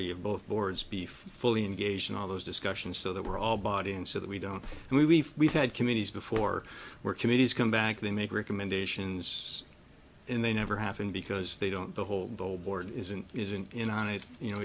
y of both boards be fully engaged in all those discussions so that we're all body and so that we don't and we've had committees before we're committees come back they make recommendations and they never happen because they don't the whole the whole board isn't isn't in on it you know